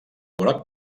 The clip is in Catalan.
groc